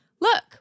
look